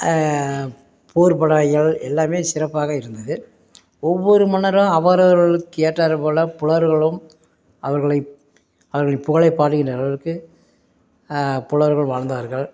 போர் படைகள் எல்லாம் சிறப்பாக இருந்தது ஒவ்வொரு மன்னரும் அவர் அவர்களுக்கு ஏற்றார் போல் புலவர்களும் அவர்களை அவர்களின் புகழை பாடுகின்ற அளவிற்கு புலவர்கள் வாழ்ந்தார்கள்